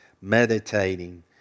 Meditating